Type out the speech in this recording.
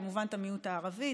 כמובן את המיעוט הערבי,